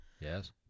Yes